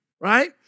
Right